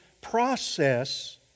process